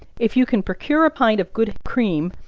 if you can procure a pint of good cream,